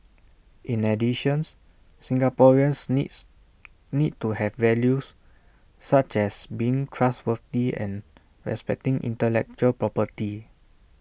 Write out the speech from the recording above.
in additions Singaporeans needs need to have values such as being trustworthy and respecting intellectual property